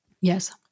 Yes